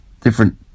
different